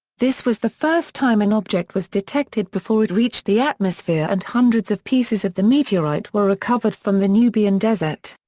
this was the first time an object was detected before it reached the atmosphere and hundreds of pieces of the meteorite were recovered from the nubian desert.